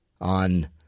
on